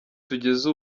tugeze